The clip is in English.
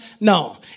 No